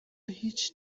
هیچ